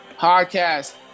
Podcast